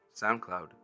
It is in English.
SoundCloud